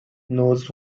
knows